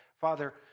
Father